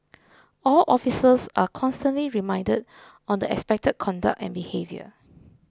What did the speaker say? all officers are constantly reminded on the expected conduct and behaviour